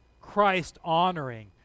Christ-honoring